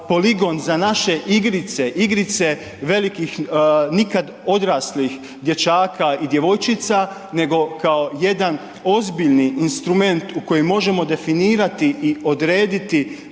poligon za naše igrice, igrice nikad odraslih dječaka i djevojčica nego kao jedan ozbiljni instrument u kojem možemo definirati i odrediti